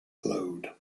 load